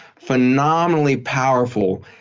phenomenally powerful.